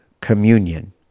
communion